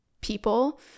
people